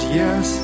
yes